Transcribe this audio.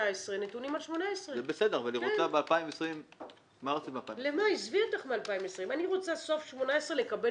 נתונים על 18. אני רוצה בסוף 19 לקבל